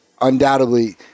undoubtedly